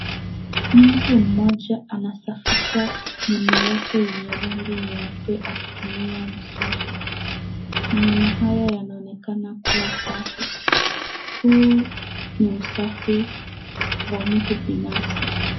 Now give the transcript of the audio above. Mtu mmoja anasafisha meno yake yenye rangi nyeupe akitumia mswaki. Meno hayo yanaonekana kuwa safi. Huu ni usafi wa mtu binafsi.